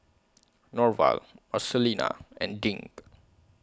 Norval Marcelina and Dink